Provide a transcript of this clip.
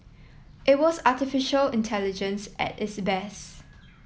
it was artificial intelligence at its best